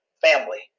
family